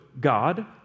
God